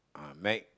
uh make